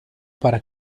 para